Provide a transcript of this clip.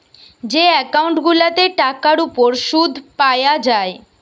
যে একউন্ট গুলাতে টাকার উপর শুদ পায়া যায়